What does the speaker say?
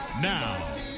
Now